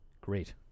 great